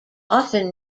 often